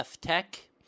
Tech